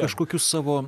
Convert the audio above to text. kažkokius savo